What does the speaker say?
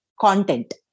content